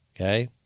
okay